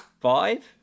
five